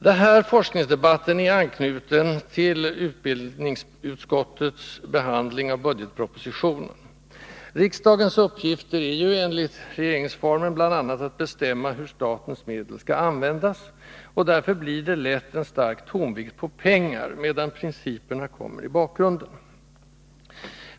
Den här forskningsdebatten är knuten till utbildningsutskottets behandling av budgetpropositionen. Riksdagens uppgifter är enligt regeringsformen bl.a. att bestämma hur statens medel skall användas. Därför blir det lätt en stark tonvikt på pengar, medan principerna kommer i bakgrunden.